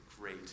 great